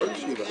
הישיבה ננעלה